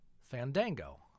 Fandango